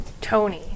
Tony